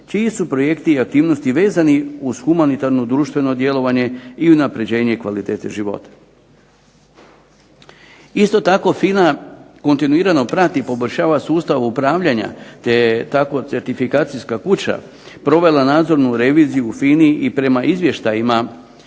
čiji su projekti i aktivnosti vezani uz humanitarno društveno djelovanje i unapređenje kvalitete života. Isto tako, FINA kontinuirano prati i poboljšava sustav upravljanja te je tako certifikacijska kuća provela nadzornu reviziju u FINA-i i prema izvještajima